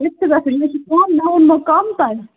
ییٚتہِ چھُ گژھُن ییٚتہِ مےٚ ووٚنمو کَم تۄہہِ